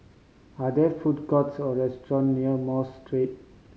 are there food courts or restaurant near Mosque Street